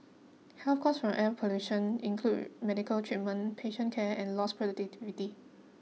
health cost from air pollution include medical treatment patient care and lost productivity